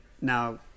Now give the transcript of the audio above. now